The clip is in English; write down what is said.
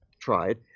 tried